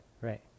right